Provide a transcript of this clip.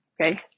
okay